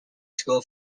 school